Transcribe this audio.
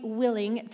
willing